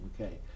Okay